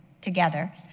together